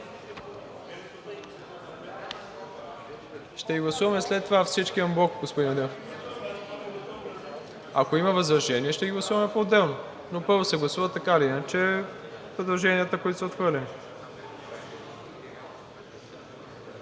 Ще гласуваме след това всички анблок, господин Адемов. Ако има възражения, ще гласуваме поотделно, но първо се гласуват, така или иначе, предложенията, които са отхвърлени.